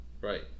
Right